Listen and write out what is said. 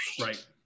Right